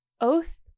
oath